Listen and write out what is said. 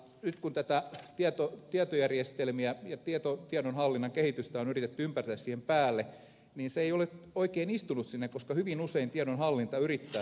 nyt kun näitä tietojärjestelmiä ja tiedonhallinnan kehitystä on yritetty ympätä siihen päälle se ei ole oikein istunut sinne koska hyvin usein tiedonhallinta ylittää toimialojen rajat